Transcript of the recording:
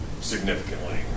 significantly